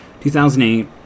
2008